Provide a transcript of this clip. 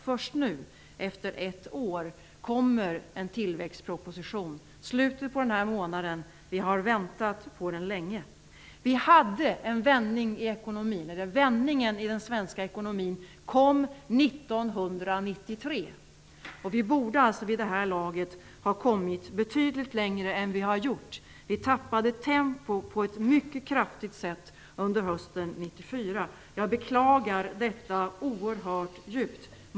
Först efter ett år kommer nu en tillväxtproposition i slutet på denna månad. Vi har väntat på den länge. Vändningen i den svenska ekonomin kom 1993. Vi borde alltså vid det här laget ha kommit betydligt längre än vi har gjort. Vi tappade tempo på ett mycket kraftigt sätt under hösten 1994. Jag beklagar detta oerhört djupt.